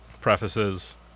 prefaces